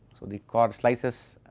so they cut slices,